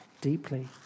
deeply